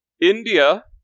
India